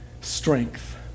strength